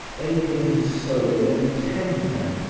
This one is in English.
bathing his soul in a tender,